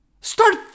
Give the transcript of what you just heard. Start